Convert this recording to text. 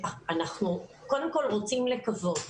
אנחנו קודם כל רוצים לקוות